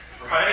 right